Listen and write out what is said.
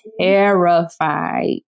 terrified